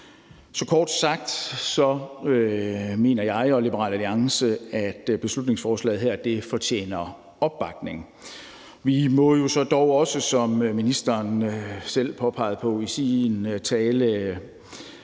Så kort sagt mener jeg og Liberal Alliance, at beslutningsforslaget her fortjener opbakning. Vi må jo så dog også, som ministeren selv pegede på i sin tale,